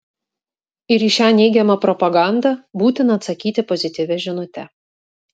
ir į šią neigiamą propagandą būtina atsakyti pozityvia žinute